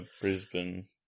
Brisbane